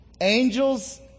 angels